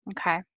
okay